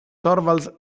torvalds